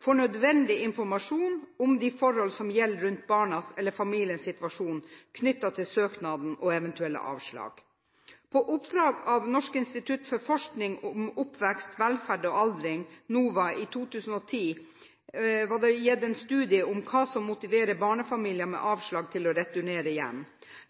får nødvendig informasjon om de forhold som gjelder barnas eller familiens situasjon, knyttet til søknaden og eventuelle avslag. På oppdrag fra Norsk institutt for forskning om oppvekst, velferd og aldring, NOVA, ble det i 2010 gitt en studie om hva som motiverer barnefamilier med avslag, til å returnere hjem.